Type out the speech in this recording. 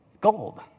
Gold